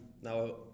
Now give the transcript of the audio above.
Now